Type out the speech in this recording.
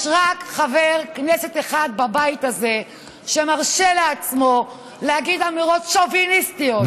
יש רק חבר כנסת אחד בבית הזה שמרשה לעצמו להגיד אמירות שוביניסטיות,